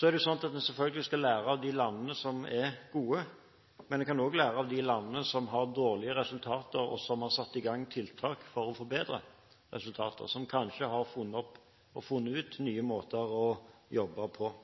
Så skal en selvfølgelig lære av de landene som er gode, men en kan også lære av de landene som har dårlige resultater, og som har satt i gang tiltak for å forbedre resultatene, og som kanskje har funnet ut nye måter å jobbe på. Jeg er veldig glad for at statsråden gir uttrykk for en skal trekke på